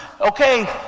Okay